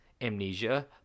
amnesia